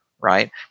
right